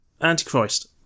Antichrist